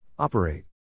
Operate